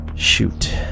Shoot